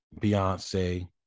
beyonce